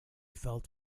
felt